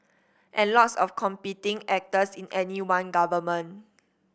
and lots of competing actors in any one government